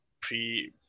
pre